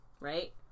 right